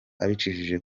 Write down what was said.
abicishije